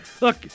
Look